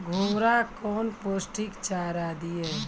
घोड़ा कौन पोस्टिक चारा दिए?